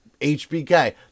HBK